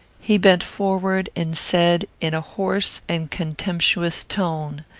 he bent forward, and said, in a hoarse and contemptuous tone,